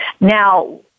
Now